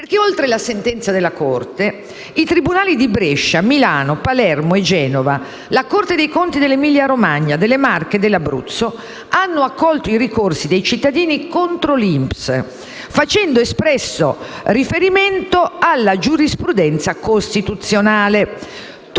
perché oltre alla sentenza della Corte i tribunali di Brescia, Milano, Palermo e Genova, la Corte dei conti dell'Emilia-Romagna, delle Marche e dell'Abruzzo hanno accolto i ricorsi dei cittadini contro l'INPS, facendo espresso riferimento alla giurisprudenza costituzionale.